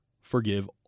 forgive